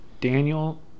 Daniel